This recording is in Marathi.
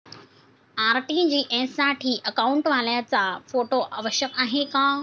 आर.टी.जी.एस साठी अकाउंटवाल्याचा फोटो आवश्यक आहे का?